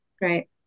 right